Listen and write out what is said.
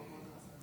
ההסתייגות